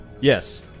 Yes